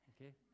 Okay